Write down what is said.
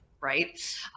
right